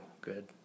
good